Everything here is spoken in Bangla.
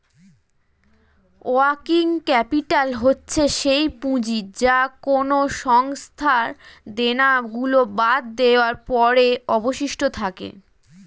ওয়ার্কিং ক্যাপিটাল হচ্ছে সেই পুঁজি যা কোনো সংস্থার দেনা গুলো বাদ দেওয়ার পরে অবশিষ্ট থাকে